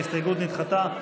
ההסתייגות נדחתה.